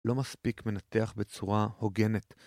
לא מספיק מנתח בצורה הוגנת.